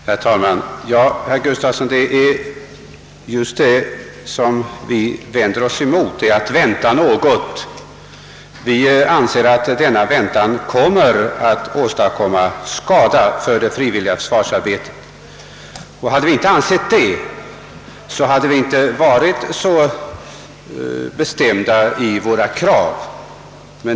Herr talman! Jo, herr Gustafsson i Uddevalla. Det är just det att man skall vänta som vi vänder oss emot. Vi anser att denna väntan kommer att åstadkomma skada för det frivilliga försvarsarbetet. Hade vi inte ansett det så hade vi inte varit så bestämda i våra krav.